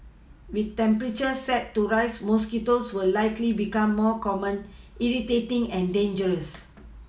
with temperatures set to rise mosquitoes will likely become more common irritating and dangerous